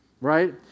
Right